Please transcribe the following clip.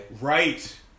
right